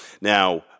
Now